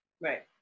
Right